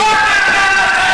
מה אתה יודע בכלל?